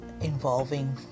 involving